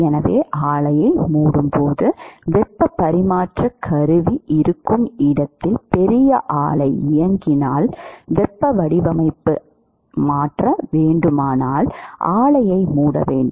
எனவே ஆலையை மூடும் போது வெப்ப பரிமாற்ற கருவி இருக்கும் இடத்தில் பெரிய ஆலை இயங்கினால் வடிவமைப்பை மாற்ற வேண்டுமானால் ஆலையை மூட வேண்டும்